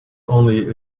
only